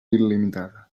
il·limitada